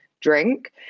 drink